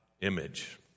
image